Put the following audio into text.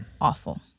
awful